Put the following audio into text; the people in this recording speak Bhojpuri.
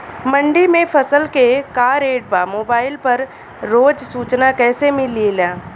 मंडी में फसल के का रेट बा मोबाइल पर रोज सूचना कैसे मिलेला?